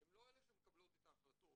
הן לא אלה שמקבלות את ההחלטות,